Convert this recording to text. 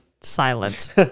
Silence